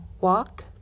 walk